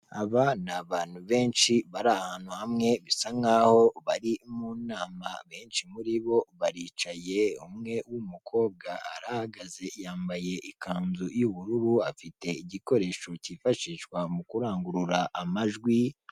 Inzu y'ubucuruzi igereretse inshuro zirenze eshatu, ikorerwamo ubucuruzi bugiye butandukanye aho bakodeshereza amakositimu n'amakanzu y'ubukwe, ndetse n'ibindi bicuruzwa bigiye bitandukanye.